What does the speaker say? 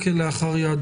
עם נגיף הקורונה החדש (הוראת שעה)